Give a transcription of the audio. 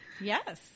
yes